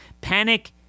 panic